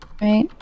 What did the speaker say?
right